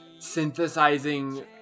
synthesizing